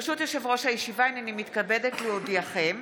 ברשות יושב-ראש הישיבה, הינני מתכבדת להודיעכם,